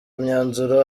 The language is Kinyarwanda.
imyanzuro